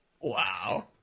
Wow